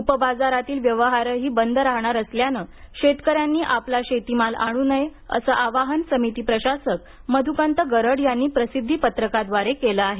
उपबाजारातील व्यवहारही बंद राहणार असल्याने शेतकऱ्यांनी आपला शेतीमाल आणू नये असं आवाहन समिती प्रशासक मधुकत गरड यांनी प्रसिध्दी पत्रकाद्वारे केलं आहे